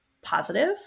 positive